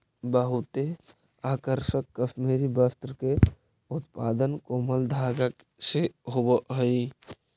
बहुते आकर्षक कश्मीरी वस्त्र के उत्पादन कोमल धागा से होवऽ हइ